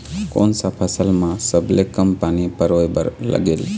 कोन सा फसल मा सबले कम पानी परोए बर लगेल?